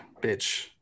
bitch